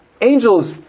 angels